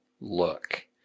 look